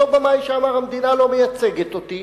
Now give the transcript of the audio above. אותו במאי שאמר: המדינה לא מייצגת אותי,